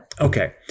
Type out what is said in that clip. Okay